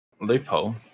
Loophole